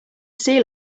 sea